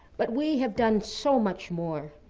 but we have done so much more.